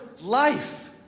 life